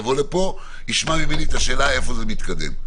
שיגיע לפה ישמע ממני את השאלה איפה זה מתקדם.